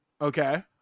okay